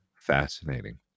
fascinating